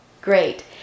Great